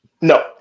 No